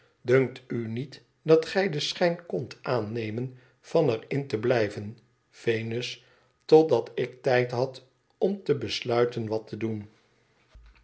dunkt u niet dat gij den schijn kondt aannemen van er in te blijven venns totdat ik tijd had om te besluiten wat te doen